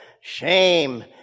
shame